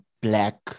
black